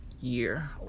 year